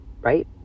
right